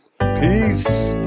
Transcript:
Peace